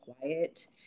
quiet